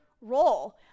role